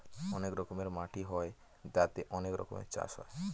অনেক রকমের মাটি হয় তাতে অনেক রকমের চাষ হয়